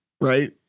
right